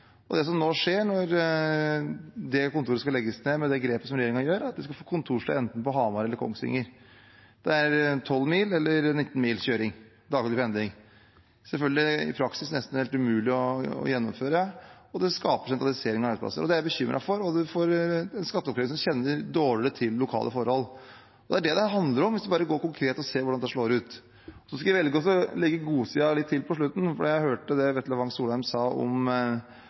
Det som skjer når det kontoret nå skal legges ned som følge av det grepet som regjeringen gjør, er at de skal få kontorsted enten på Hamar eller på Kongsvinger. Det er 12 eller 19 mils kjøring – daglig pendling – selvfølgelig i praksis nesten helt umulig å gjennomføre, og det skaper sentralisering av arbeidsplasser. Det er jeg bekymret for, og i tillegg får man en skatteoppkrever som kjenner dårligere til lokale forhold. Det er det det handler om, hvis man ser konkret på hvordan dette slår ut. Så skal jeg velge å legge godsida til på slutten, for jeg hørte det Vetle Wang Soleim sa om arbeidstakere i skatteetaten. Til sjuende og sist handler politikk alltid om